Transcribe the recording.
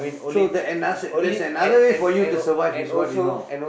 so that another there's another way for you to survive is what you know